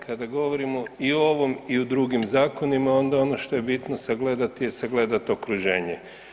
Kada govorimo i o ovom i o drugim zakonima onda ono što je bitno sagledati je sagledati okruženje.